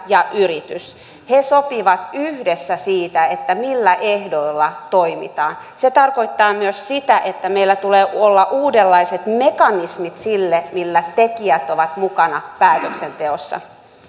ja yritys he sopivat yhdessä siitä millä ehdoilla toimitaan se tarkoittaa myös sitä että meillä tulee olla uudenlaiset mekanismit sille millä tekijät ovat mukana päätöksenteossa